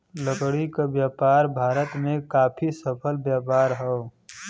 लकड़ी क व्यापार भारत में काफी सफल व्यापार हौ